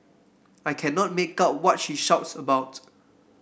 I cannot make out what she shouts about